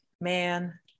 man